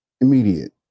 immediate